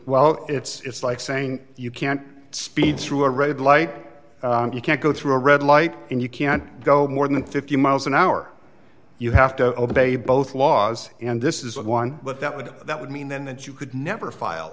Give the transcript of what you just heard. well it's like saying you can't speed through a red light you can't go through a red light and you can't go more than fifty miles an hour you have to obey both laws and this is one but that would that would mean then that you could never file